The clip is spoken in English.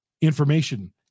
information